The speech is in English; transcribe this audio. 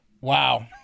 Wow